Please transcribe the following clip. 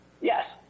Yes